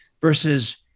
versus